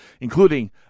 including